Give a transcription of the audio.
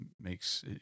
makes